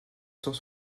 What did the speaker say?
cent